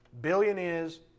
billionaires